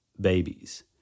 babies